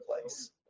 place